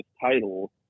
title